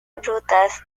rutas